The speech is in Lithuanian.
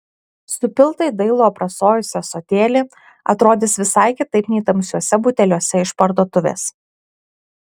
supilta į dailų aprasojusį ąsotėlį atrodys visai kitaip nei tamsiuose buteliuose iš parduotuvės